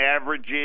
averages